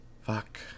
Fuck